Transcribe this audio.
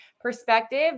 perspective